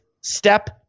step